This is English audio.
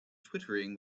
twittering